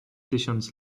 tysiąc